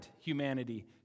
humanity